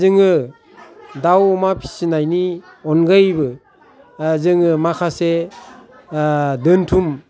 जोङो दाव अमा फिसिनायनि अनगायैबो जोङो माखासे दोनथुम